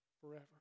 forever